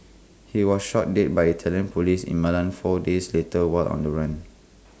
he was shot dead by Italian Police in Milan four days later while on the run